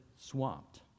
swamped